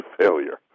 failure